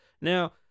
now